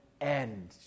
end